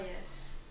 yes